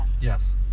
Yes